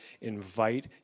invite